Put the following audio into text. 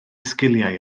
sgiliau